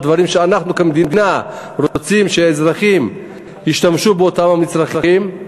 כשאנחנו כמדינה רוצים שאזרחים ישתמשו באותם המצרכים.